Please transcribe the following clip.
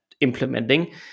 implementing